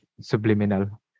subliminal